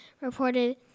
reported